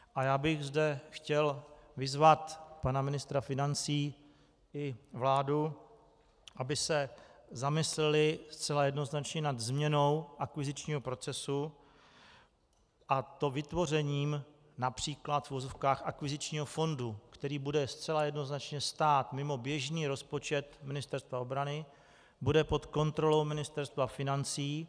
A já bych zde chtěl vyzvat pana ministra financí i vládu, aby se zamysleli zcela jednoznačně nad změnou akvizičního procesu, a to vytvořením například v uvozovkách akvizičního fondu, který bude zcela jednoznačně stát mimo běžný rozpočet Ministerstva obrany, bude pod kontrolou Ministerstva financí.